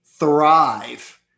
Thrive